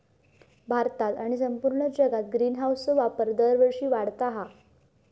भारतात आणि संपूर्ण जगात ग्रीनहाऊसचो वापर दरवर्षी वाढता हा